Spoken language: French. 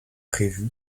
prévu